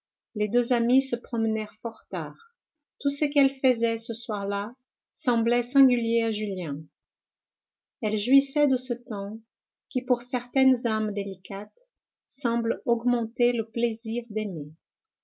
les deux amies se promenèrent fort tard tout ce qu'elles faisaient ce soir-là semblait singulier à julien elles jouissaient de ce temps qui pour certaines âmes délicates semble augmenter le plaisir d'aimer